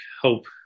hope